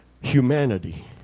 humanity